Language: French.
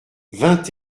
vingt